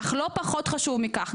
אך לא פחות חשוב מכך,